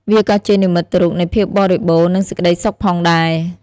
វាក៏ជានិមិត្តរូបនៃភាពបរិបូរណ៍ និងសេចក្តីសុខផងដែរ។